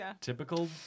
typical